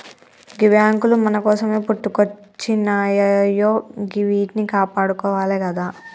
గీ బాంకులు మన కోసమే పుట్టుకొచ్జినయాయె గివ్విట్నీ కాపాడుకోవాలె గదా